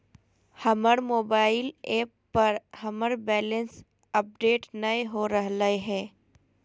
हमर mobile app पर हमर बैलेंस अपडेट नय हो रहलय हें